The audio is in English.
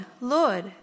Lord